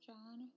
John